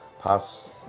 pass